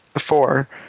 Four